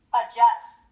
adjust